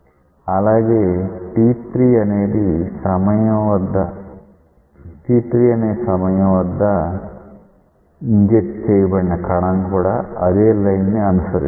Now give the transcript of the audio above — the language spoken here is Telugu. అలాగే t3 అనే సమయం వద్ద ఇంజెక్ట్ చెయ్యబడిన కణం కూడా అదే లైన్ ని అనుసరిస్తుంది